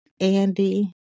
Andy